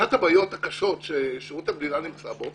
אחת הבעיות הקשות ששירות המדינה נמצא בו